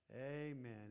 Amen